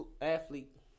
athlete